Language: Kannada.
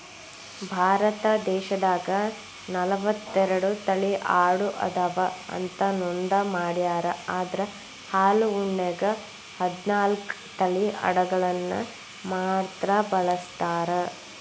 ಭಾರತ ದೇಶದಾಗ ನಲವತ್ತೆರಡು ತಳಿ ಆಡು ಅದಾವ ಅಂತ ನೋಂದ ಮಾಡ್ಯಾರ ಅದ್ರ ಹಾಲು ಉಣ್ಣೆಗೆ ಹದ್ನಾಲ್ಕ್ ತಳಿ ಅಡಗಳನ್ನ ಮಾತ್ರ ಬಳಸ್ತಾರ